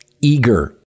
eager